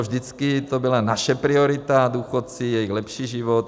Vždycky to byla naše priorita, důchodci, jejich lepší život.